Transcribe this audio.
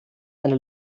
eine